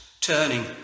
turning